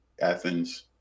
Athens